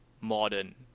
modern